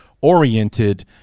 oriented